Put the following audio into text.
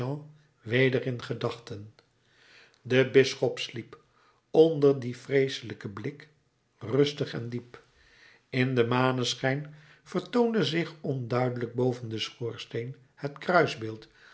weder in gedachten de bisschop sliep onder dien vreeselijken blik rustig en diep in den maneschijn vertoonde zich onduidelijk boven den schoorsteen het